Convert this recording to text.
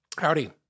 Howdy